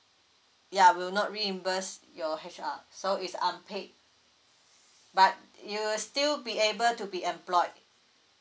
ya will not reimbursed your H_R so is unpaid but you will still be able to be employed